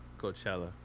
Coachella